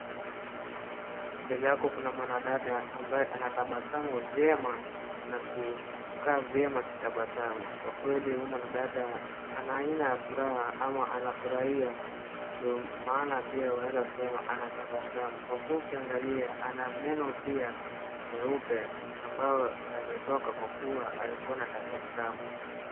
Mbele yako kuna mwanadada ambaye anatabasamu vyema na kukaa vyema akitabasamu, kwa kweli huyu dada ana hina ya furaha ama anafurahia ndo maana pia unaweza sema anatabasamu kwa kuwa ukiangalia ana meno pia nyeupe ambayo yametoka kwa kuwa alikuwa na tabasamu.